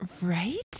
Right